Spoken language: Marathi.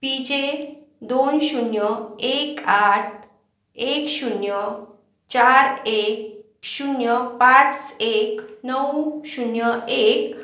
पी जे दोन शून्य एक आठ एक शून्य चार एक शून्य पाच एक नऊ शून्य एक